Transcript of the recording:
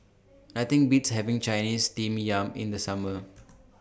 Nothing Beats having Chinese Steamed Yam in The Summer